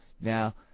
Now